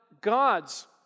God's